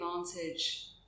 advantage